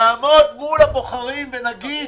נעמוד מול הבוחרים ונגיד